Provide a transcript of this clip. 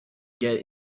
get